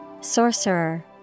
Sorcerer